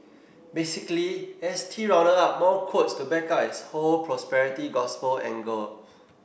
basically S T rounded up more quotes to back up its whole prosperity gospel angle